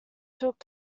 took